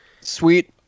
sweet